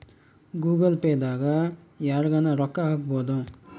Google Pay ದಾಗ ಯರ್ಗನ ರೊಕ್ಕ ಹಕ್ಬೊದು